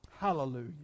Hallelujah